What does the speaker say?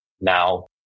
Now